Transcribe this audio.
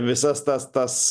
visas tas tas